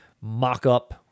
mock-up